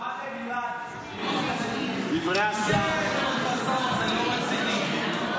שמעתם את דברי השר, גלעד?